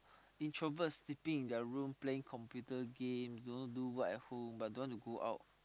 introverts sleeping in their room playing computer games don't know do what at home but don't want to go out